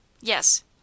Yes